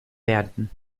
werden